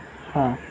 हां